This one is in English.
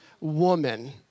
woman